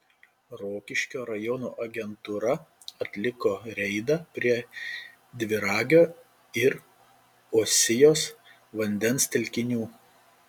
rokiškio rajono agentūra atliko reidą prie dviragio ir uosijos vandens telkinių